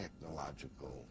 technological